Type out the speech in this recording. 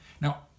Now